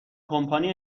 کمپانی